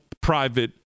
private